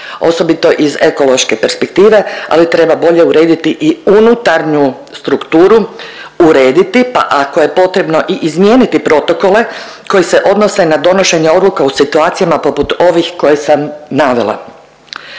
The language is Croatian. osobito iz ekološke perspektive, ali treba bolje urediti i unutarnju strukturu urediti, pa ako je potrebno i izmijeniti protokole koji se odnose na donošenje odluka u situacijama poput ovih koje sam navela